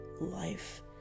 life